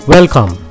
Welcome